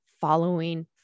following